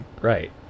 Right